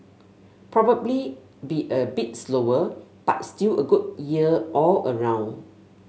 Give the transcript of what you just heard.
probably be a bit slower but still a good year all around